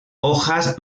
hojas